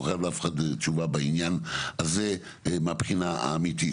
חייב לאף אחד תשובה בעניין הזה מהבחינה האמיתית.